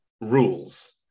rules